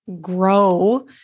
grow